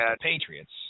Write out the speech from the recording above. Patriots